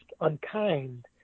unkind